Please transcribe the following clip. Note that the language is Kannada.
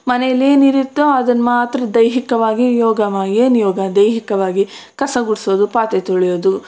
ಮನೆಯಲ್ಲಿ ನೀರಿತ್ತು ಅದನ್ನ ಮಾತ್ರ ದೈಹಿಕವಾಗಿ ಯೋಗ ಏನು ಯೋಗ ದೈಹಿಕವಾಗಿ ಕಸ ಗುಡಿಸೋದು ಪಾತ್ರೆ ತೊಳೆಯೋದು